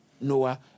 noah